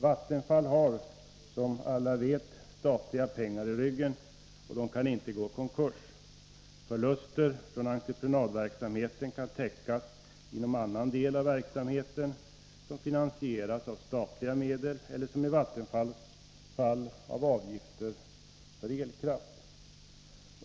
Vattenfall har, som alla vet, statliga pengar i ryggen och kan inte gå i konkurs. Förluster från entreprenadverksamheten kan täckas inom annan del av verksamheten, som finansieras av statliga medel eller som i Vattenfalls fall av avgifter för elkraft.